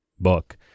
book